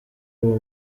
uwo